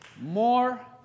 more